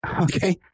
Okay